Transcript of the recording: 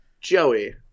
Joey